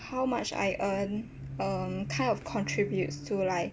how much I earn um kind of contributes to like